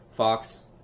Fox